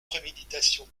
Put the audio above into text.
préméditation